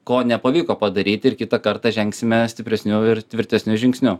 ko nepavyko padaryti ir kitą kartą žengsime stipresniu ir tvirtesniu žingsniu